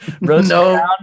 No